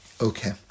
Okay